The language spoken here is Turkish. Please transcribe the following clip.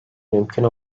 mümkün